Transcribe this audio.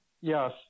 yes